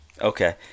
Okay